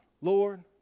Lord